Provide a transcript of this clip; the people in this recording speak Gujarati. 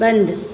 બંધ